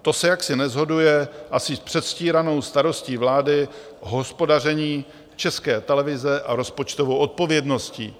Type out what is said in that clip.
To se asi neshoduje s předstíranou starostí vlády o hospodaření České televize a rozpočtovou odpovědností.